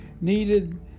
needed